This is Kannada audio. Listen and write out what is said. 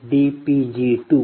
14 0